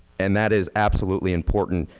and that is absolutely important,